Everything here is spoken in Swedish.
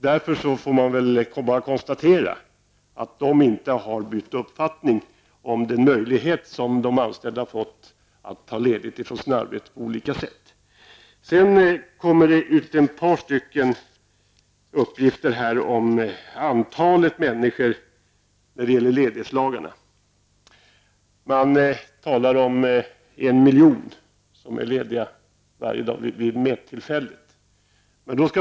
Därför kan vi väl bara konstatera att de inte har bytt uppfattning om den möjlighet som de anställda fått att på olika sätt ta ledigt från sina arbeten. Det har kommit en uppgift om antalet människor i samband med ledighetslagarna. Man talar om en miljon som är lediga varje dag vid mättillfället.